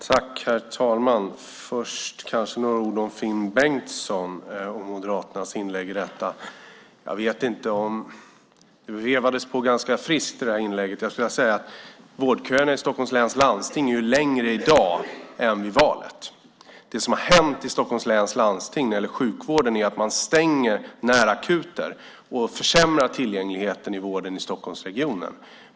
Herr talman! Först kanske jag ska säga några ord om Finn Bengtssons och Moderaternas inlägg i detta. Jag vet inte, men det vevades på ganska friskt i det här inlägget. Jag kan säga att vårdköerna i Stockholms läns landsting är längre i dag än vid valet. Det som har hänt i Stockholms läns landsting när det gäller sjukvården är att man stänger närakuter och försämrar tillgängligheten i vården i Stockholmsregionen.